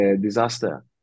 disaster